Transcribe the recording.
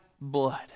blood